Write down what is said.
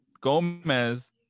Gomez